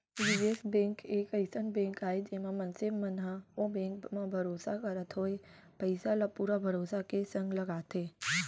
निवेस बेंक एक अइसन बेंक आय जेमा मनसे मन ह ओ बेंक म भरोसा करत होय पइसा ल पुरा भरोसा के संग लगाथे